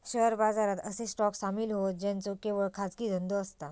share बाजारात असे stock सामील होतं ज्यांचो केवळ खाजगी धंदो असता